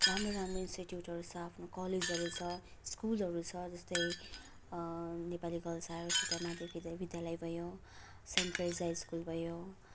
राम्रो राम्रो इन्स्टिट्युटहरू छ आफ्नो कलेजहरू छ स्कुलहरू छ जस्तै नेपाली गर्ल्स हायर उच्चतर माध्यमिक विद्यालय भयो सेन्ट टेरेजा स्कुल भयो